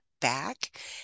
back